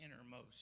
innermost